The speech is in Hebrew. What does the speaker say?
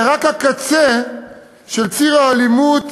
זה רק הקצה של ציר האלימות